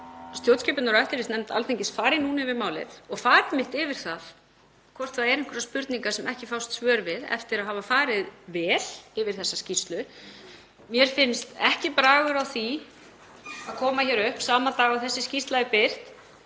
stjórnskipunar- og eftirlitsnefnd Alþingis fari núna yfir málið og fari einmitt yfir það hvort það séu einhverjar spurningar sem ekki fást svör við eftir að hafa farið vel yfir þessa skýrslu. Mér finnst ekki bragur á því að koma hér upp sama dag og þessi skýrsla er birt